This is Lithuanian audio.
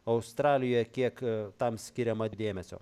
australijoj kiek tam skiriama dėmesio